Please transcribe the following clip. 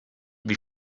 wie